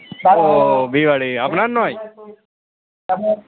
ও বিয়েবাড়ি আপনার নয়